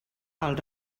els